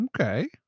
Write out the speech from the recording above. Okay